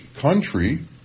country